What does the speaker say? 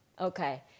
Okay